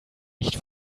nicht